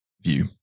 view